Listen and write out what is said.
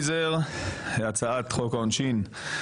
של חה"כ יצחק קרויזר 2. הצעת חוק העונשין (תיקון הגדרת איום),